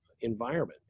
environment